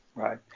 Right